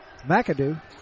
McAdoo